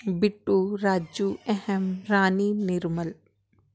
ਬਿੱਟੂ ਰਾਜੂ ਅਹਿਮ ਰਾਣੀ ਨਿਰਮਲ